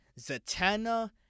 Zatanna